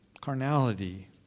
carnality